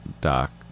Doc